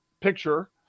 picture